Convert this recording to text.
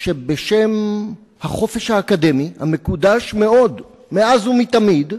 שבשם החופש האקדמי, המקודש מאוד מאז ומתמיד,